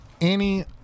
Annie